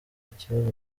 ikibazo